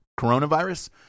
Coronavirus